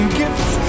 gifts